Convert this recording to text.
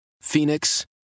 Phoenix